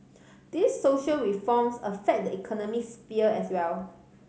these social reforms affect the economic sphere as well